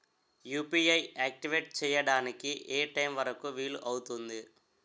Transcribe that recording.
UPI activate చెయ్యడానికి ఏ time వరుకు వీలు అవుతుంది?